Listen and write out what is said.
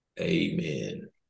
amen